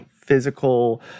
physical